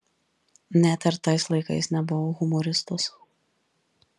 net ir tais laikais nebuvau humoristas